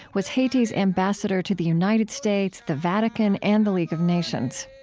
was haiti's ambassador to the united states, the vatican and the league of nations.